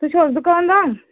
تُہۍ چھِو حظ دُکاندان